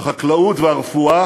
החקלאות והרפואה,